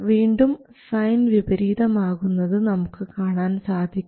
വീണ്ടും സൈൻ വിപരീതം ആകുന്നത് നമുക്ക് കാണാൻ സാധിക്കും